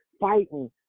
fighting